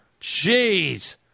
Jeez